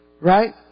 right